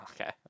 okay